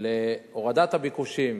להורדת הביקושים,